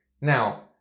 Now